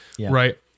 Right